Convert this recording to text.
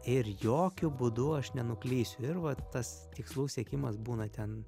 ir jokiu būdu aš nenuklysiu ir va tas tikslų siekimas būna ten